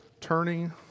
turning